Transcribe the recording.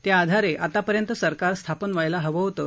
त्याआधारे आतापर्यंत सरकार स्थापन व्हायला हवं होतं